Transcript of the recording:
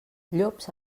llops